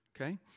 Okay